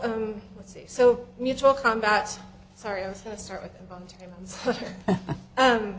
us so mutual combat sorry i'm so sorry